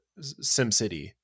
SimCity